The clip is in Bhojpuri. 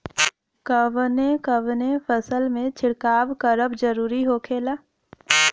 कवने कवने फसल में छिड़काव करब जरूरी होखेला?